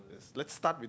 let's start